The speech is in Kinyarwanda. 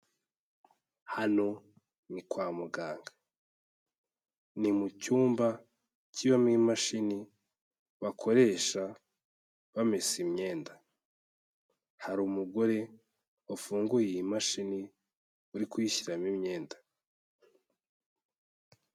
Hano ni kwa muganga. Ni mu cyumba kibamo imashini bakoresha bamesa imyenda. Hari umugore wafunguye iyi mashini uri kuyishyiramo imyenda.